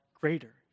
greater